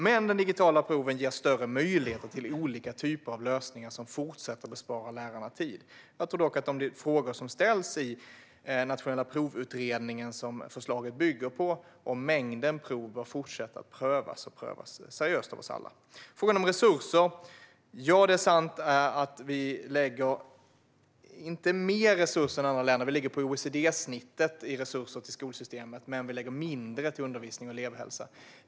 Men de digitala proven ger möjlighet till olika lösningar som fortsätter att spara lärarna tid. Jag tror dock att de frågor som ställs i utredningen om nationella prov, som förslaget bygger på, om mängden prov bör fortsätta att prövas seriöst av oss alla. Vi lägger inte mer resurser än andra länder på skolsystemet; vi ligger på OECD-snittet. Vi lägger dock mindre på undervisning och elevhälsa.